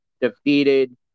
defeated